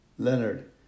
Leonard